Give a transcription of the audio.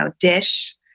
dish